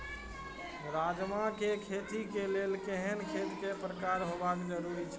राजमा के खेती के लेल केहेन खेत केय प्रकार होबाक जरुरी छल?